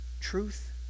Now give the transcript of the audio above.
Truth